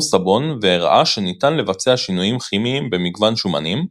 סבון והראה שניתן לבצע שינויים כימיים במגוון שומנים,